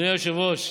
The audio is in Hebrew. אדוני היושב-ראש,